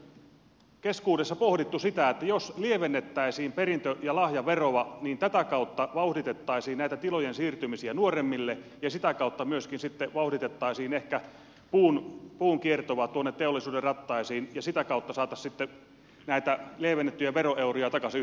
onko hallituksen keskuudessa pohdittu sitä että jos lievennettäisiin perintö ja lahjaveroa niin tätä kautta vauhditettaisiin näitä tilojen siirtymisiä nuoremmille ja sitä kautta myöskin sitten vauhditettaisiin ehkä puun kiertoa tuonne teollisuuden rattaisiin ja sitä kautta saataisiin sitten näitä lievennettyjä veroeuroja takaisin yhteiskuntaan